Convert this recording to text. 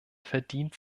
verdient